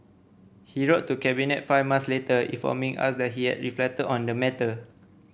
he wrote to Cabinet five months later informing us that he had reflected on the matter